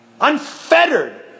unfettered